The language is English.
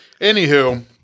Anywho